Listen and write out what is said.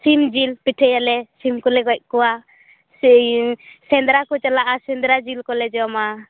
ᱥᱤᱢ ᱡᱤᱞ ᱯᱤᱴᱷᱟᱹᱭᱟᱞᱮ ᱥᱤᱢ ᱠᱚᱞᱮ ᱜᱚᱡ ᱠᱚᱭᱟ ᱥᱮᱤ ᱥᱮᱸᱫᱽᱨᱟ ᱠᱚ ᱪᱟᱞᱟᱜᱼᱟ ᱥᱮᱸᱫᱽᱨᱟ ᱡᱤᱞ ᱠᱚᱞᱮ ᱡᱚᱢᱟ